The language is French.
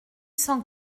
cent